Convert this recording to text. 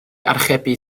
archebu